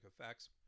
effects